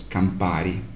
Campari